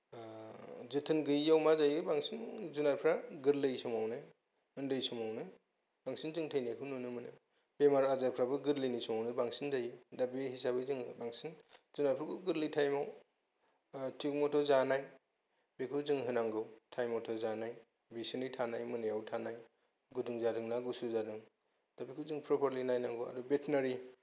जोथोन गैयैयाव मा जायो बांसिन जुनारफ्रा गोर्लै समावनो ओनदै समावनो बांसिन जों थैनायखौ नुनो मोनो बेमार आजार फ्राबो गोर्लैनि समावनो बांसिन जायो दा बे हिसाबै जों बांसिन जुनारफोरखौ गोर्लै तायेमाव थिग मथे जानाय बेखौ जों होनांगौ तायेम मथे जानाय बिसिनि थानाय मोनायाव थानाय गुदुं जादोंना गुसु जादों दा बेखौ जों प्रपारलि नायनांगौ आरो बेथिनारि